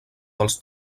dels